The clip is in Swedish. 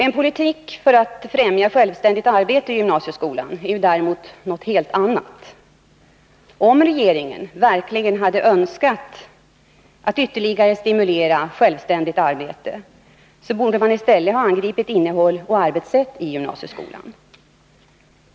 En politik för att främja självständigt arbete i gymnasieskolan är däremot något helt annat. Om regeringen verkligen hade önskat att ytterligare stimulera självständigt arbete borde man i stället ha angripit innehåll och arbetssätt i gymnasieskolan.